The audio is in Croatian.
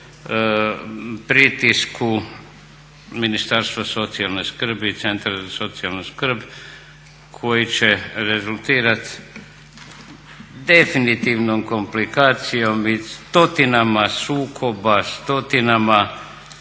pritisku Ministarstva socijalne skrbi i centra za socijalnu skrb koji će rezultirat definitivnom komplikacijom i stotinama sukoba, stotinama